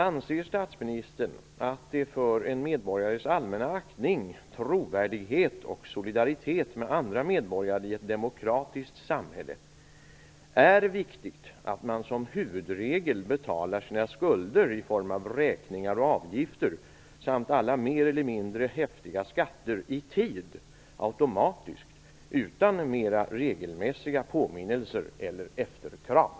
Anser statsministern att det för en medborgares allmänna aktning, trovärdighet och solidaritet med andra medborgare i ett demokratiskt samhälle är viktigt att man som huvudregel betalar sina skulder i form av räkningar och avgifter samt alla mer eller mindre häftiga skatter i tid automatiskt, utan mera regelmässiga påminnelser eller efterkrav?